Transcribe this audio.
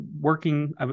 working